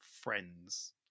friends